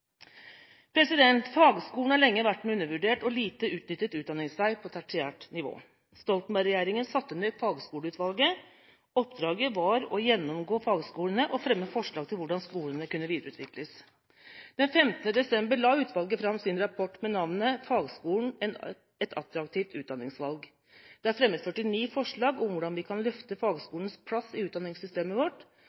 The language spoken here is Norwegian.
Fagskolen har lenge vært en undervurdert og lite utnyttet utdanningsvei på tertiært nivå. Stoltenberg-regjeringen satte ned fagskoleutvalget, og oppdraget var å gjennomgå fagskolene og fremme forslag til hvordan skolene kunne videreutvikles. Den 15. desember la utvalget fram sin rapport, med navnet «Fagskolen – et attraktivt utdanningsvalg». Det er fremmet 49 forslag om hvordan vi kan løfte fagskolens plass i utdanningssystemet vårt,